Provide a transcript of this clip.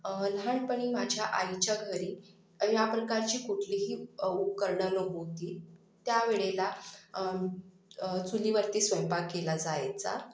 लहानपणी माझ्या आईच्या घरी या प्रकारची कुठलीही उपकरणं नव्हती त्यावेळेला चुलीवरती स्वयंपाक केला जायचा